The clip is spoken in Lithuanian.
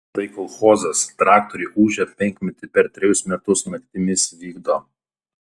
tai kolchozas traktoriai ūžia penkmetį per trejus metus naktimis vykdo